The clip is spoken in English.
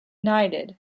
knighted